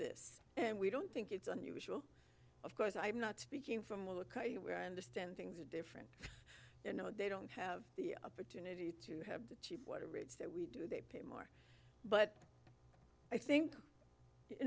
this and we don't think it's unusual of course i'm not speaking from where i understand things are different you know they don't have the opportunity to have the cheap water rates that we do they pay more but i think you